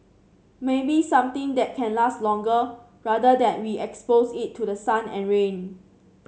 maybe something that can last longer rather than we expose it to the sun and rain